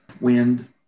Wind